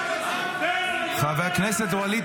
תן לו לדבר --- חבר הכנסת ווליד